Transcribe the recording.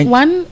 one